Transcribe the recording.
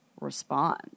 respond